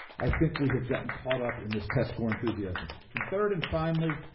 i think we have gotten caught up in this test score enthusiasm. and third and finally,